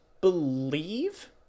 believe